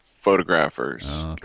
photographers